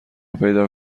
پیدا